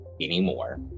anymore